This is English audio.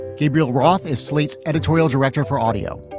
gabriel roth is slate's editorial director for audio.